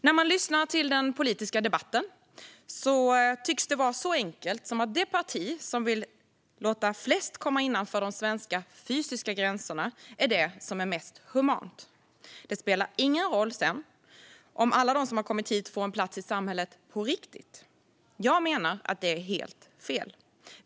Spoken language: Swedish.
När man lyssnar till den politiska debatten tycks det vara så enkelt som att det parti som vill låta flest komma innanför de svenska fysiska gränserna är det som är mest humant. Det spelar sedan ingen roll om alla de som kommit hit får en plats i samhället på riktigt. Jag menar att det är helt fel.